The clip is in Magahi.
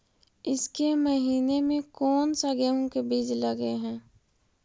ईसके महीने मे कोन सा गेहूं के बीज लगे है?